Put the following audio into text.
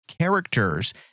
characters